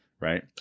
right